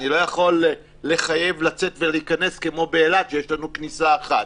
אני לא יכול לחייב לצאת ולהיכנס כמו באילת שיש לנו כניסה אחת.